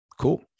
cool